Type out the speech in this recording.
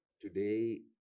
today